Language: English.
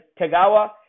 Tagawa